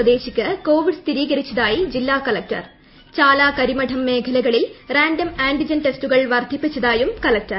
സ്വദേശിക്ക് covid സ്ഥിരീകരിച്ചതായി ജില്ലാ collector Chala Karimadom മേഖലകളിൽ റാൻഡം ആന്റിജൻ ടെസ്റ്റുകൾ വർദ്ധിപ്പിച്ചതായും കളക്ടർ